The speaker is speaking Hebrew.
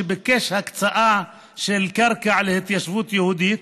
שביקש הקצאה של קרקע להתיישבות יהודית: